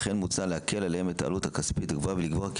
לכן מוצע להקל עליהם את העלות הכספית הגבוהה ולקבוע כי